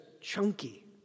chunky